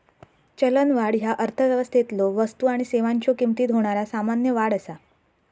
चलनवाढ ह्या अर्थव्यवस्थेतलो वस्तू आणि सेवांच्यो किमतीत होणारा सामान्य वाढ असा